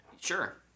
Sure